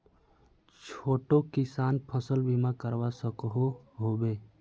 छोटो किसान फसल बीमा करवा सकोहो होबे?